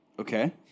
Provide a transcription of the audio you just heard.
Okay